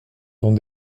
dans